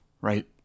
right